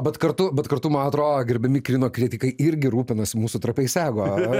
bet kartu bet kartu man atrodo gerbiami kino kritikai irgi rūpinasi mūsų trapiais ego